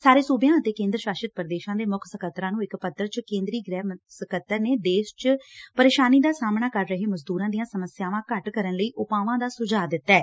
ਸਾਰੇ ਸੂਬਿਆਂ ਅਤੇ ਕੇਂਦਰ ਸ਼ਾਸਤ ਪ੍ਦੇਸ਼ਾਂ ਦੇ ਮੁੱਖ ਸਕੱਤਰਾਂ ਨੂੰ ਇਕ ਪੱਤਰ ਚ ਕੇਦਰੀ ਗ੍ਹਿ ਸਕੱਤਰ ਨੇ ਦੇਸ਼ ਚ ਪ੍ੇਸ਼ਾਨੀ ਦਾ ਸਾਹਮਣਾ ਕਰ ਰਹੇ ਮਜ਼ਦੂਰਾਂ ਦੀਆਂ ਸਮੱਸਿਆਵਾਂ ਘੱਟ ਕਰਨ ਲਈ ਉਪਾਵਾਂ ਦਾ ਸੁਝਾਅ ਦਿੱਤਾ ਐ